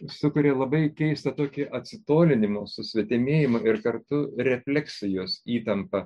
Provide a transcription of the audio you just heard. sukuria labai keistą tokį atsitolinimą susvetimėjimą ir kartu refleksijos įtampą